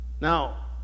Now